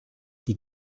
die